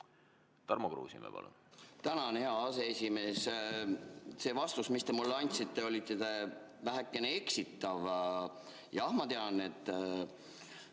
Tarmo Kruusimäe, palun! Tänan, hea aseesimees! See vastus, mis te mulle andsite, oli vähekene eksitav. Jah, ma tean, et